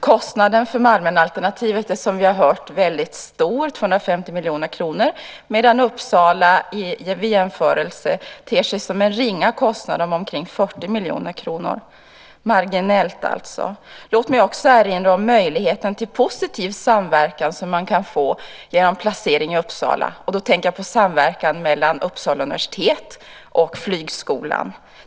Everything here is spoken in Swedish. Kostnaden för Malmenalternativet är som vi har hört väldigt stor, 250 miljoner kronor, medan kostnaden för Uppsalaalternativet ter sig som en ringa kostnad på omkring 40 miljoner kronor. Det är marginellt alltså. Låt mig också erinra om de möjligheter till en positiv samverkan som man kan få genom en placering i Uppsala. Då tänker jag på samverkan mellan Uppsala universitet och flygskolan.